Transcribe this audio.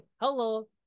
hello